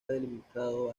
delimitado